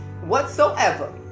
whatsoever